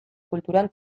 kulturan